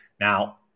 Now